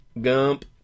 Gump